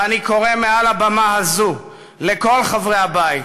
ואני קורא מעל הבמה הזו לכל חברי הבית,